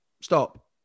Stop